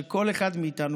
שכל אחד מאיתנו,